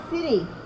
city